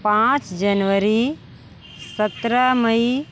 पाँच जनवरी सत्रह मई